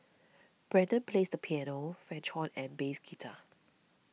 Brendan plays the piano French horn and bass guitar